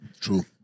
True